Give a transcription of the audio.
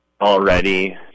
already